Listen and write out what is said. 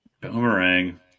Boomerang